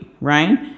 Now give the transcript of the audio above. right